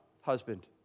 husband